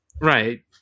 Right